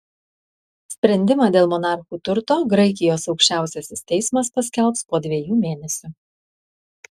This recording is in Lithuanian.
sprendimą dėl monarchų turto graikijos aukščiausiasis teismas paskelbs po dviejų mėnesių